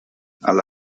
alla